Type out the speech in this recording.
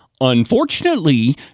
Unfortunately